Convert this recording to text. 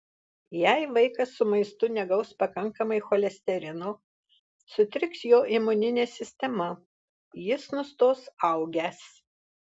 jei vaikas su maistu negaus pakankamai cholesterino sutriks jo imuninė sistema jis nustos augęs